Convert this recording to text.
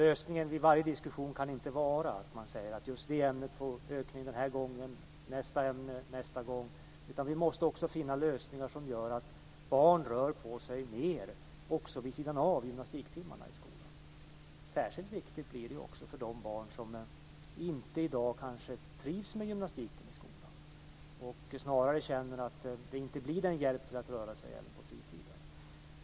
Lösningen vid varje diskussion kan inte vara att man säger att just det ämnet får en ökning den här gången och nästa ämne nästa gång, utan vi måste också finna lösningar som gör att barn rör på sig mer också vid sidan av gymnastiktimmarna i skolan. Det blir särskilt viktigt för de barn som i dag kanske inte trivs med gymnastiken i skolan och som känner att det inte blir en hjälp till att röra sig även på fritiden.